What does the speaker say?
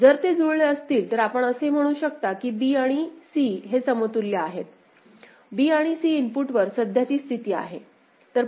जर ते जुळले असतील तर आपण असे म्हणू शकतो की हे b आणि c समतुल्य आहेत b आणि c इनपुटवर सध्याची स्थिती आहे